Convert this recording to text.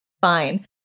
fine